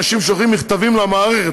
אנשים שולחים מכתבים למערכת,